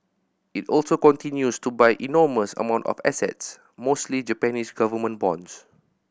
it also continues to buy enormous amount of assets mostly Japanese government bonds